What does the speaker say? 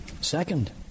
second